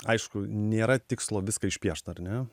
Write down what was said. aišku nėra tikslo viską išpiešt ar ne